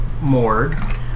Morgue